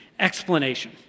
Explanation